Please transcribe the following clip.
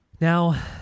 Now